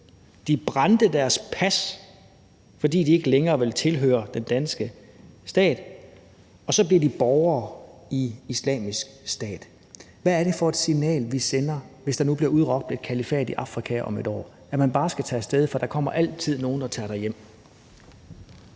de brændte deres pas, fordi de ikke længere ville tilhøre den danske stat. Og så blev de borgere i islamisk stat. Hvad er det for et signal, vi sender, hvis der nu bliver udråbt et kalifat i Afrika om et år? Er det, at man bare skal tage af sted? For der kommer altid nogen og tager dig hjem.